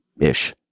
ish